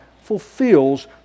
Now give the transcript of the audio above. fulfills